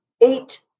Eight